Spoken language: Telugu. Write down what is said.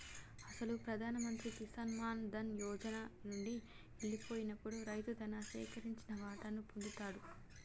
అసలు ప్రధాన మంత్రి కిసాన్ మాన్ ధన్ యోజన నండి ఎల్లిపోయినప్పుడు రైతు తను సేకరించిన వాటాను పొందుతాడు